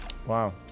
Wow